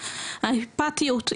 האפאטיות,